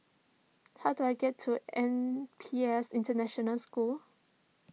how do I get to N P S International School